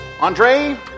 Andre